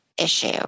issue